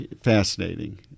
Fascinating